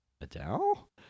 Adele